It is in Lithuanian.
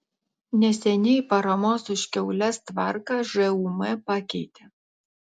neseniai paramos už kiaules tvarką žūm pakeitė